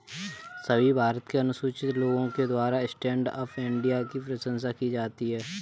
सभी भारत के अनुसूचित लोगों के द्वारा स्टैण्ड अप इंडिया की प्रशंसा की जाती है